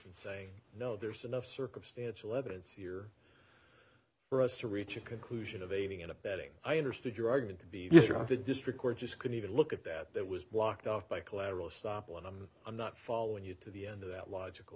and say you know there's enough circumstantial evidence here for us to reach a conclusion of aiding and abetting i understood you are going to be just around the district court just couldn't even look at that that was blocked off by collateral estoppel and i'm not following you to the end of that logical